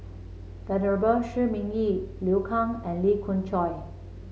Venerable Shi Ming Yi Liu Kang and Lee Khoon Choy